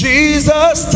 Jesus